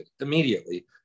immediately